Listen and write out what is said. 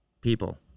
people